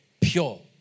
pure